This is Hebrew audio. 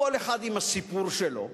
כל אחד עם הסיפור שלו,